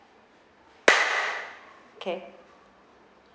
okay